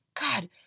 God